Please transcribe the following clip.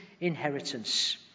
inheritance